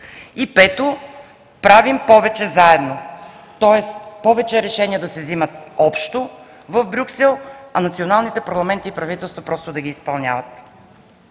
И пето, да правим повече заедно, тоест повече решения да се взимат общо в Брюксел, а националните парламенти и правителства просто да ги изпълняват.